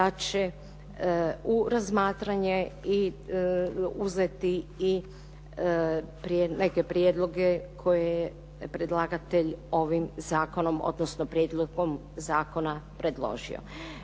da će u razmatranje uzeti i neke prijedloge koje je predlagatelj ovim zakonom, odnosno prijedlogom zakona predložio.